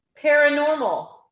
Paranormal